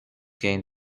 gain